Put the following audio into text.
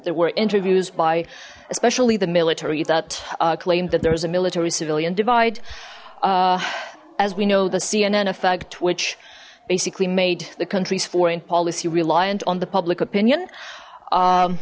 there were interviews by especially the military that claimed that there's a military civilian divide as we know the cnn effect which basically made the country's foreign policy reliant on the public opinion